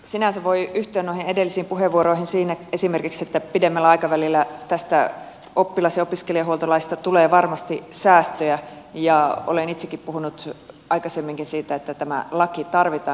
sinänsä voi yhtyä noihin edellisiin puheenvuoroihin esimerkiksi siinä että pidemmällä aikavälillä tästä oppilas ja opiskelijahuoltolaista tulee varmasti säästöjä ja olen itsekin puhunut aikaisemminkin siitä että tämä laki tarvitaan